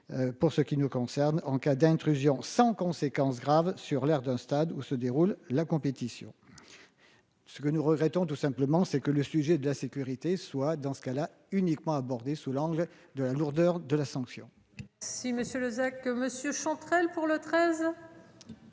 Pour ce qui nous concerne en cas d'intrusion sans conséquence grave sur l'air d'un stade où se déroule la compétition. Ce que nous regrettons, tout simplement, c'est que le sujet de la sécurité soit dans ce cas-là uniquement abordée sous l'angle de la lourdeur de la sanction. Si Monsieur Lozès que monsieur Chantrel pour le 13.